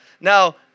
Now